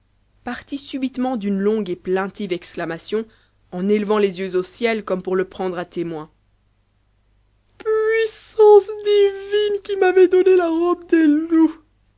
partit subitement d'une longue et plaintive exclamation en élevant les yeux au ciel comme pour le prendre à témoin puissance divine qui m'avez donné la robe des loups